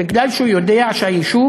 בגלל שהוא יודע שהיישוב